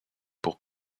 pour